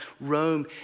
Rome